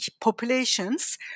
populations